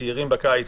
הצעירים בקיץ,